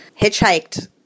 hitchhiked